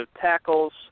tackles